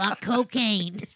cocaine